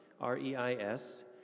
R-E-I-S